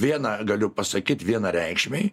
viena galiu pasakyt vienareikšmiai